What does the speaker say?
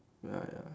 ah ya